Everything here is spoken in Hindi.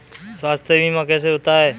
स्वास्थ्य बीमा कैसे होता है?